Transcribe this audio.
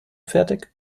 fertig